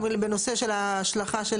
אבל בנושא של השלכה של